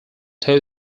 two